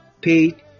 paid